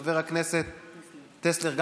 גם חבר הכנסת טסלר,